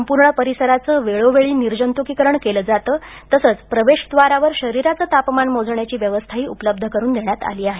संपूर्ण परिसराचं वेळोवेळी निर्जंतुकीकरण केल जात तसंच प्रवेशद्वारावर शरीराचं तापमान मोजण्याची व्यवस्थाही उपलब्ध करून देण्यात आली आहे